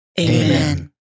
Amen